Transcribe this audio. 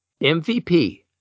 MVP